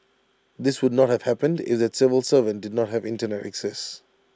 this would not have happened if that civil servant did not have Internet access